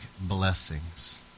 blessings